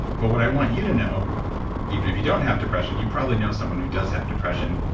but what i want you to know even if you don't have depression you probably know someone who does have depression,